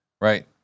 Right